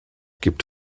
gibt